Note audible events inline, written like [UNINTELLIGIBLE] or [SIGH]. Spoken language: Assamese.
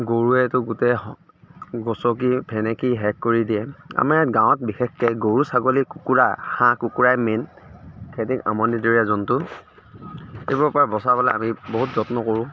গৰুৱেতো গোটেই গছকি ফেনেকি শেষ কৰি দিয়ে আমাৰ ইয়াত গাঁৱত বিশেষকৈ গৰু ছাগলী কুকুৰা হাঁহ কুকুৰাই মেন হেঁতি আমনি [UNINTELLIGIBLE] জন্তু সেইবোৰৰ পৰা বচাবলৈ আমি বহুত যত্ন কৰোঁ